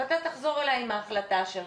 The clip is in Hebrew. ואתה תחזור אלי עם ההחלטה שלך'.